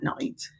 night